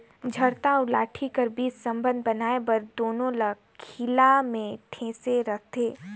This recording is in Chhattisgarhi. इरता अउ लाठी कर बीच संबंध बनाए बर दूनो ल खीला मे ठेसे रहथे